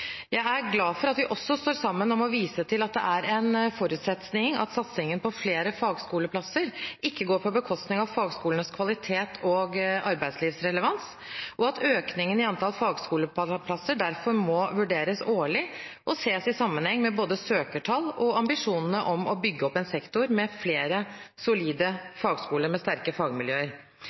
Jeg er glad for at vi også står sammen om å vise til at det er en forutsetning at satsingen på flere fagskoleplasser ikke går på bekostning av fagskolenes kvalitet og arbeidslivsrelevans, og at økningen i antall fagskoleplasser derfor må vurderes årlig og ses i sammenheng med både søkertall og ambisjonene om å bygge opp en sektor med flere solide fagskoler med sterke fagmiljøer.